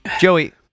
Joey